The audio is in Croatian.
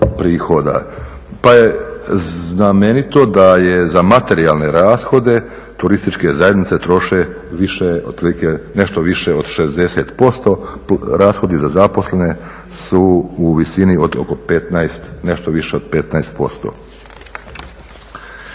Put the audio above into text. Pa je znamenito da je za materijalne rashode turističke zajednice troše više otprilike, nešto više od 60%, rashodi za zaposlene su u visini od oko 15, nešto više od 15%.